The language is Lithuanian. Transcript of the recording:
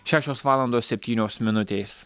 šešios valandos septynios minutės